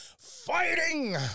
Fighting